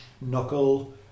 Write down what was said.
knuckle